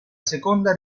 seconda